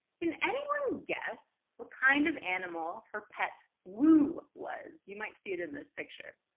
can anyone guess what kind of animal her pet woo was? you might see it in this picture.